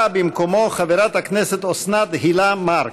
באה במקומו חברת הכנסת אוסנת הילה מארק.